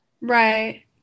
right